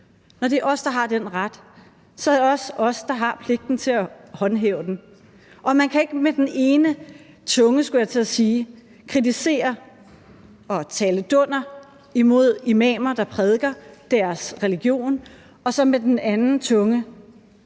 når det er os, der har den ret, er det også os, der har pligten til at håndhæve den. Man kan ikke med den ene tunge, skulle jeg til at sige, kritisere og tale dunder imod imamer, der prædiker deres religion, og så med den anden tunge